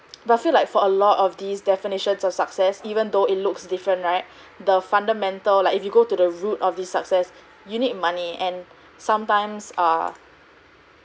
but I feel like for a lot of these definitions of success even though it looks different right the fundamental like if you go to the root of the success you need money and sometimes err